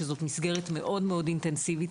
שזאת מסגרת מאוד אינטנסיבית.